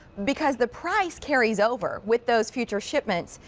because the price carries over with those future shipments.